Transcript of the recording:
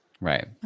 right